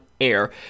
air